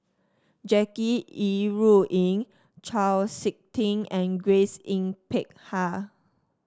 Jackie Yi Ru Ying Chau SiK Ting and Grace Yin Peck Ha